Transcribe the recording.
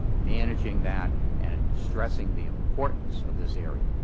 ah managing that and stressing the importance of this area.